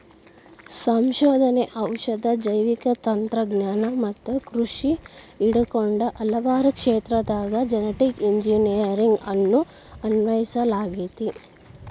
ಸಂಶೋಧನೆ, ಔಷಧ, ಜೈವಿಕ ತಂತ್ರಜ್ಞಾನ ಮತ್ತ ಕೃಷಿ ಹಿಡಕೊಂಡ ಹಲವಾರು ಕ್ಷೇತ್ರದಾಗ ಜೆನೆಟಿಕ್ ಇಂಜಿನಿಯರಿಂಗ್ ಅನ್ನು ಅನ್ವಯಿಸಲಾಗೆತಿ